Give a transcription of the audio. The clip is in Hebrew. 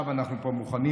עכשיו אנחנו מוכנים.